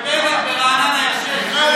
מיכאל,